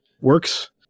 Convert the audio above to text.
works